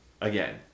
again